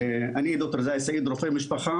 אני ד"ר זעי סעיד, רופא משפחה